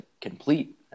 complete